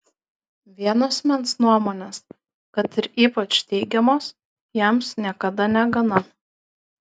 vieno asmens nuomonės kad ir ypač teigiamos jiems niekada negana